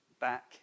back